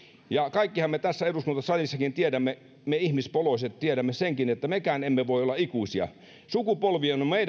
kaikkihan me tässä eduskuntasalissakin tiedämme me ihmispoloiset senkin että mekään emme voi olla ikuisia sukupolvien on on